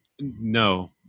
No